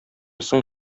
соң